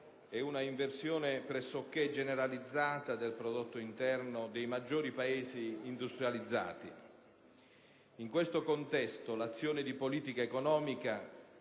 e una inversione pressoché generalizzata del prodotto interno dei maggiori Paesi industrializzati. In questo contesto, l'azione di politica economica